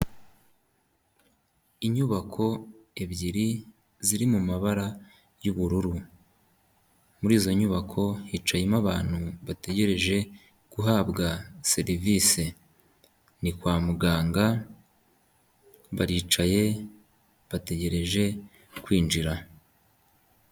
Inyubako ebyiri ziri mu mabara y'ubururu, muri izo nyubako hicayemo abantu bategereje guhabwa serivise, ni kwa muganga baricaye bategereje kwinjira.